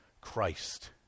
Christ